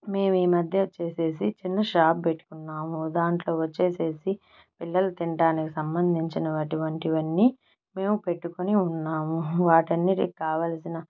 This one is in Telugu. మేమీ మధ్య వచ్చేసేసి చిన్న షాప్ పెట్టుకున్నాము దాంట్లో వచ్చేసేసి పిల్లలు తినటానికి సంబంధించిన అటువంటివన్నీ మేము పెట్టుకొని ఉన్నాము వాటి అన్నిటికి కావాలసిన